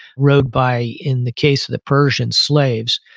road by, in the case of the persians, slaves.